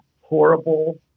horrible